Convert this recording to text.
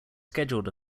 scheduled